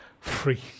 free